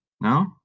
No